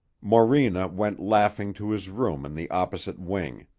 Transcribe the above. morena went laughing to his room in the opposite wing.